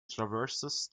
traverses